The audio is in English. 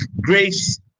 Grace